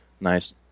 nice